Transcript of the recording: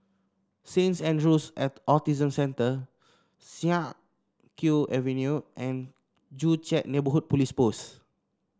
Saint Andrew's Autism Centre Siak Kew Avenue and Joo Chiat Neighbourhood Police Post